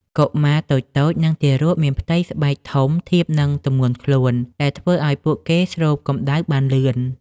កុមារតូចៗ និងទារក មានផ្ទៃស្បែកធំ ធៀបនឹងទម្ងន់ខ្លួន ដែលធ្វើឱ្យពួកគេស្រូបកម្ដៅបានលឿន។